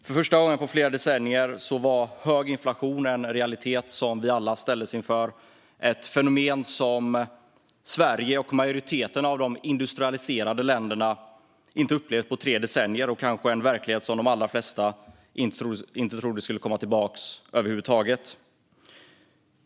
För första gången på flera decennier var hög inflation en realitet som vi alla ställdes inför - ett fenomen som Sverige och majoriteten av de industrialiserade länderna inte upplevt på tre decennier och en verklighet som de allra flesta kanske inte trodde skulle komma tillbaka över huvud taget.